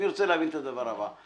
אני רוצה להבין את הדבר הבא.